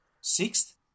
sixth